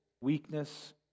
weakness